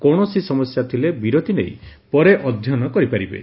କୌଣସି ସମସ୍ୟା ଥିଲେ ବିରତି ନେଇ ପରେ ଅଧ୍ଧୟନ କରିପାରିବେ